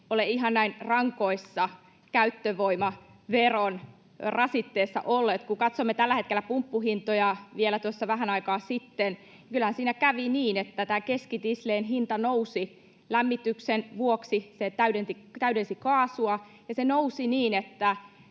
ole ihan näin rankassa käyttövoimaveron rasitteessa olleet. Kun katsomme pumppuhintoja tällä hetkellä ja vielä tuossa vähän aikaa sitten, niin kyllähän siinä kävi niin, että keskitisleen hinta nousi lämmityksen vuoksi. Se täydensi kaasua, ja se nousi niin, että